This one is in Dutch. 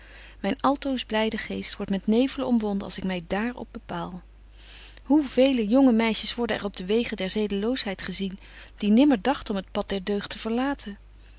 myn altoos blyde geest wordt met nevelen omwonden als ik my dààr op bepaal hoe vele jonge meisjes worden er op de wegen der zedeloosheid gezien die nimmer dagten om het pad der deugd te verlaten